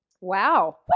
Wow